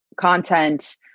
content